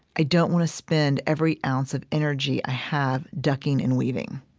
i don't want to spend every ounce of energy i have ducking and weaving.